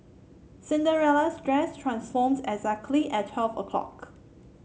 Cinderella's dress transformed exactly at twelve o'clock